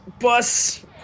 bus